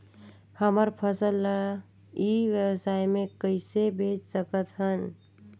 हमर फसल ल ई व्यवसाय मे कइसे बेच सकत हन?